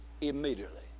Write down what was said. immediately